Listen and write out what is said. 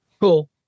Cool